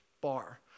bar